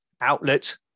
outlet